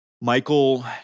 Michael